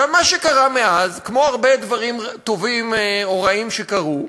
מה שקרה מאז, כמו הרבה דברים טובים או רעים שקרו,